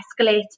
escalate